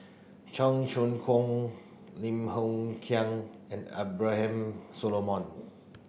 Cheong Choong Kong Lim Hng Kiang and Abraham Solomon